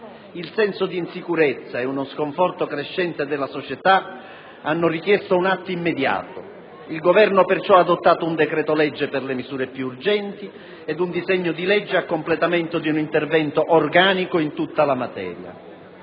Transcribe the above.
Il senso di insicurezza e uno sconforto crescente della società hanno richiesto un atto immediato. Il Governo ha perciò adottato un decreto-legge per le misure più urgenti ed un disegno di legge a completamento di un intervento organico in tutta la materia.